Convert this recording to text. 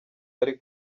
ari